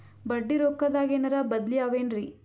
ಬಡ್ಡಿ ರೊಕ್ಕದಾಗೇನರ ಬದ್ಲೀ ಅವೇನ್ರಿ?